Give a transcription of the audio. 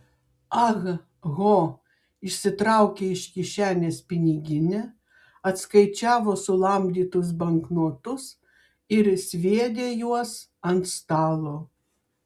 ah ho išsitraukė iš kišenės piniginę atskaičiavo sulamdytus banknotus ir sviedė juos ant stalo